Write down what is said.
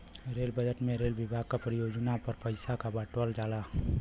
rail budget में railway विभाग क परियोजना पर पइसा क बांटल जाला